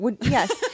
Yes